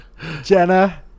Jenna